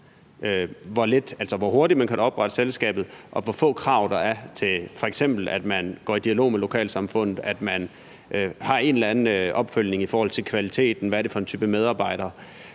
hvor hurtigt man kan oprette selskabet, og hvor få krav der er til, at man f.eks. går i dialog med lokalsamfundet, og at man har en eller anden opfølgning i forhold til kvaliteten, og hvad det er for en type medarbejdere,